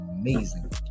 amazing